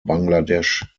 bangladesh